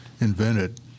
invented